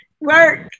work